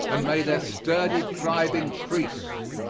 and may their sturdy tribe increase.